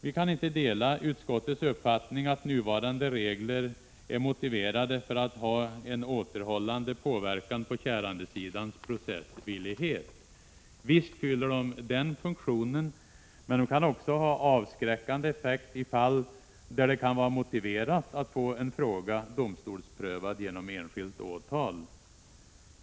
Vi kan inte dela utskottets uppfattning att nuvarande regler är motiverade av att ha en återhållande inverkan på kärandesidans processvillighet. Visst fyller de den funktionen, men de kan också ha avskräckande effekt i fall där det kan vara motiverat att få en fråga domstolsprövad genom enskilt åtal.